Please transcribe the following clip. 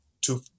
two